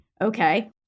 Okay